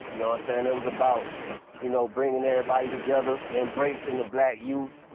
so and it was about you know bringing everybody together, embracing black youth,